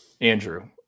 Andrew